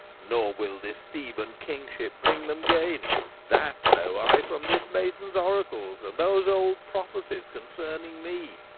nor will this theban kingship bring them gain that know i from this maiden's oracles, and those old prophecies concerning me,